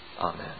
Amen